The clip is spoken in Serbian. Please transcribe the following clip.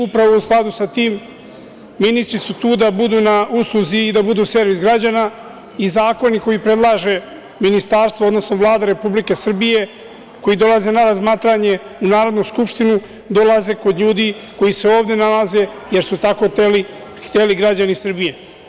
U skladu sa tim, ministri su tu da budu na usluzi i budu servis građana i zakone koje predlaže ministarstvo, odnosno Vlada Republike Srbije, koji dolaze na razmatranje u Narodnu skupštinu, dolaze kod ljudi koji se ovde nalaze, jer su tako hteli građani Srbije.